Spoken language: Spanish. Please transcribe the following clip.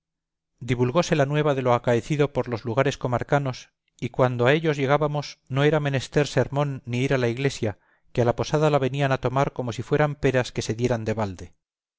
mozas divulgóse la nueva de lo acaecido por los lugares comarcanos y cuando a ellos llegábamos no era menester sermón ni ir a la iglesia que a la posada la venían a tomar como si fueran peras que se dieran de balde